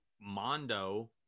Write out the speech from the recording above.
Mondo